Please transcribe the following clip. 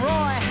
Roy